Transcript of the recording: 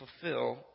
fulfill